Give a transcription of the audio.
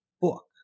book